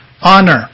Honor